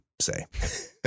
say